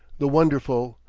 the wonderful,